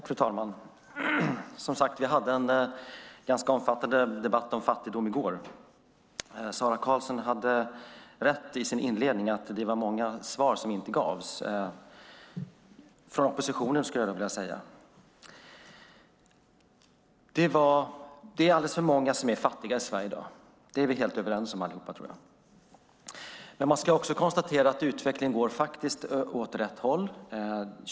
Fru talman! Vi hade som sagt en ganska omfattande debatt om fattigdom i går. Sara Karlsson hade rätt i sin inledning; det var många svar som inte gavs - av oppositionen, skulle jag vilja säga. Det är alldeles för många som är fattiga i Sverige i dag. Det är vi helt överens om. Utvecklingen går dock åt rätt håll.